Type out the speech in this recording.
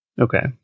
Okay